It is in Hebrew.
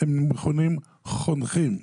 הם מכונים חונכים.